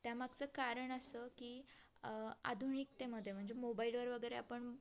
त्या मागचं कारण असं की आधुनिकतेमध्ये म्हणजे मोबाईलवर वगैरे आपण